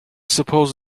suppose